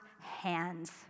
hands